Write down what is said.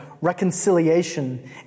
reconciliation